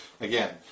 Again